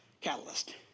Catalyst